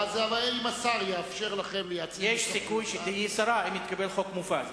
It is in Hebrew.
יש סיכוי שתהיי שרה, אם יתקבל חוק מופז.